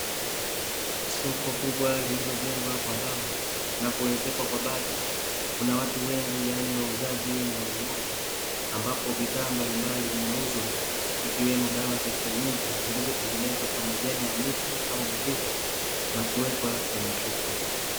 Soko kubwa lililojengwa kwa mbao na kuezekwa kwa bati, kuna watu wengi yaani wauzaji na wanunuzi ambao bidhaa mbalimbali zinauzwa, ikiwemo dawa za kienyeji zilizotengenezwa kwa majani ya miti au mizizi na kuwekwa kwenye chupa.